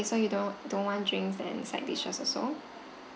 okay so you don't don't want drinks and side dishes also